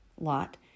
lot